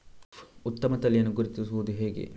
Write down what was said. ಉತ್ತಮ ತಳಿಯನ್ನು ಗುರುತಿಸುವುದು ಹೇಗೆ?